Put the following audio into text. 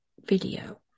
video